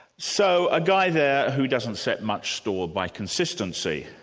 so a guy there, who doesn't set much store by consistency.